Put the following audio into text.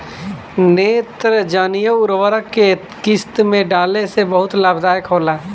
नेत्रजनीय उर्वरक के केय किस्त में डाले से बहुत लाभदायक होला?